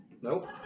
Nope